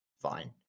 fine